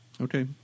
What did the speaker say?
Okay